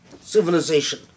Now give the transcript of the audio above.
civilization